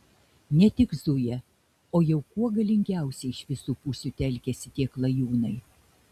ne tik zuja o jau kuo galingiausiai iš visų pusių telkiasi tie klajūnai